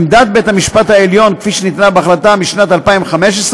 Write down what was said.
עמדת בית-המשפט העליון, שניתנה בהחלטה משנת 2015,